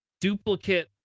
duplicate